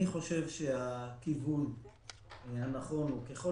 פלג: אני חושב שהכיוון הנכון הוא, ככל